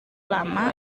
lama